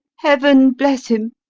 heaven bless him!